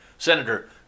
Senator